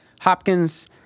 Hopkins